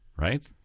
Right